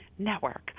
network